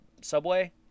subway